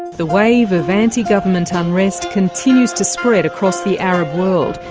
the wave of anti-government unrest continues to spread across the arab world.